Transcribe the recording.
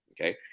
Okay